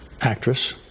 actress